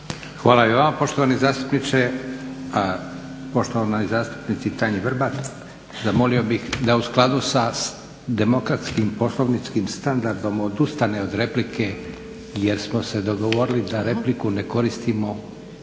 Hvala i vama poštovani zastupniče. Poštovanoj Tanji Vrbat zamolio bih da u skladu sa demokratskim poslovničkim standardom odustane od replike jer smo se dogovorili da repliku ne koristimo